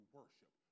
worship